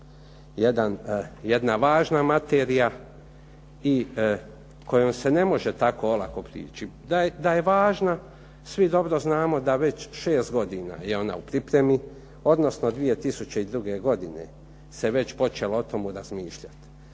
jedna važna materija i kojom se ne može tako olako prići. Da je važna, svi dobro znamo da već 6 godina je ona u pripremi, odnosno 2002. godine se već počelo o tomu razmišljati,